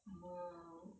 mm